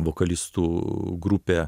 vokalistų grupė